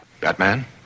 Batman